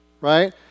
Right